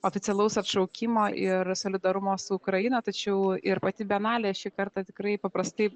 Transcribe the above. oficialaus atšaukimo ir solidarumo su ukraina tačiau ir pati bienalė šį kartą tikrai paprastai